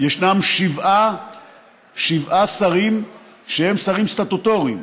ישנם שבעה שרים שהם שרים סטטוטוריים: